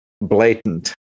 blatant